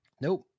nope